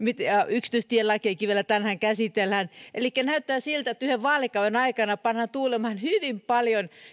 yksityistielakikin vielä tänään käsitellään elikkä näyttää siltä että yhden vaalikauden aikana pannaan tuulemaan hyvin paljon